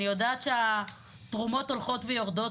ואני יודעת שהתרומות הולכות ויורדות,